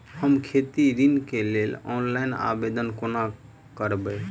हम खेती ऋण केँ लेल ऑनलाइन आवेदन कोना करबै?